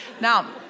Now